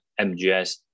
MGS